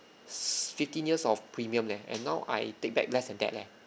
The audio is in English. fifteen years of premium leh and now I take back less than that leh